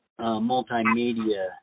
multimedia